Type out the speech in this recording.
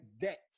debt